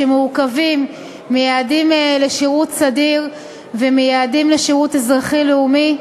שמורכבים מיעדים לשירות סדיר ומיעדים לשירות אזרחי לאומי,